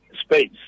space